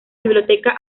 biblioteca